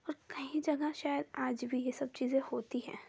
और कई जगह शायद आज भी ये सब चीजें होती हैं